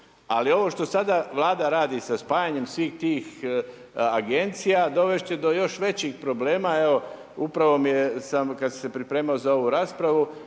Ali ovo što sada Vlada redi sa spajanjem svih tih Agencija dovesti će do još većih problema. Evo upravo kad sam se pripremao za ovu raspravu